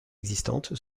existante